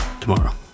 tomorrow